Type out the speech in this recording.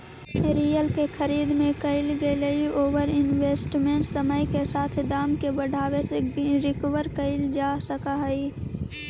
real के खरीद में कईल गेलई ओवर इन्वेस्टमेंट समय के साथ दाम के बढ़ावे से रिकवर कईल जा सकऽ हई